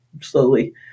slowly